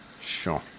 Sure